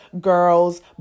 girls